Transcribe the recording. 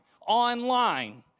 online